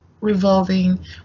revolving